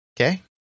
okay